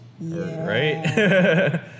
Right